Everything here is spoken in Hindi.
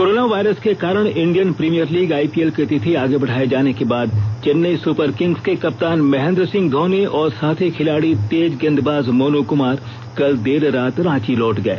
कोरोना वायरस के कारण इंडियन प्रीमियर लीग आईपीएल की तिथि आगे बढ़ाये जाने के बाद चेन्नई सुपर किंग्स के कप्तान महेन्द्र सिंह धौनी और साथी खिलाड़ी तेज गेंदबाज मोनू कुमार कल देर रात रांची लौट गए